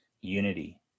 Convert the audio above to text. unity